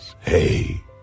hey